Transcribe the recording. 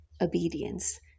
obedience